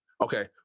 Okay